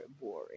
boring